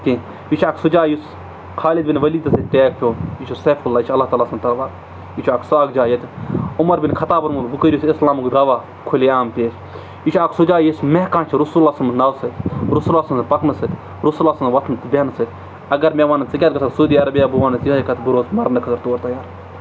کیٚنٛہہ یہِ چھِ اَکھ سُہ جاے یُس خالِد بِن ؤلیٖد پیوٚو یہِ چھُ سیفُ اللہ چھُ اللہ تعالیٰ سُنٛد یہِ چھُ اکھ سُہ اکھ جاے ییٚتہِ عُمر بِنِ خطابَن اِسلامُک دعوا کھُلہِ عام پیش یہِ چھُ اکھ سُہ جاے یُس محکان چھِ رسولہ سُنٛد ناو سۭتۍ رسولہ سٕنٛزِ پَکنہٕ سۭتۍ رسولہ سُنٛد وۄتھنہٕ بیٚہنہٕ سۭتۍ اَگر مےٚ وَنان ژٕ کیٛاز گژھکھ سعودی عربیہ بہٕ وَنَس یِہوٚے کَتھ بہٕ روزٕ مَرنہٕ خٲطرٕ تور تَیار